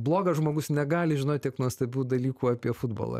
blogas žmogus negali žinot tiek nuostabių dalykų apie futbolą